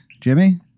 Jimmy